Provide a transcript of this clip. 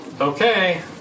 Okay